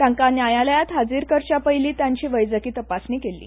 तांकां न्यायालयांत हाजीर करचे पयली तांची वैजकी तपासणी केली